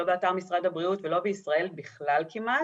לא באתר משרד הבריאות ולא בישראל בכלל כמעט.